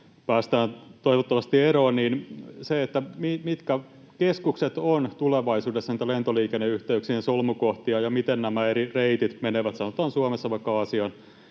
päästään toivottavasti eroon, niin on tärkeää, mitkä keskukset ovat tulevaisuudessa niitä lentoliikenneyhteyksien solmukohtia ja miten eri reitit menevät, sanotaan Suomesta vaikka Aasian